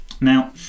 Now